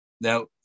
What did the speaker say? Now